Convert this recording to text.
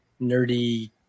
nerdy